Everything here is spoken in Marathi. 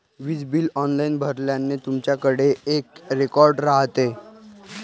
वीज बिल ऑनलाइन भरल्याने, तुमच्याकडेही एक रेकॉर्ड राहते